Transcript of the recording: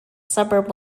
suburb